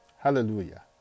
Hallelujah